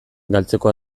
galtzeko